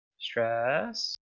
Stress